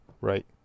Right